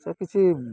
sir କିଛି